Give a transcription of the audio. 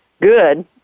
good